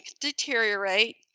deteriorate